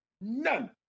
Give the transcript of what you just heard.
none